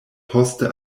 poste